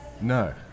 No